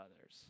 others